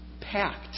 packed